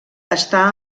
està